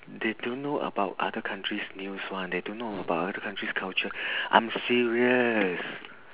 they don't know about other countries news one they don't know about other countries culture I'm serious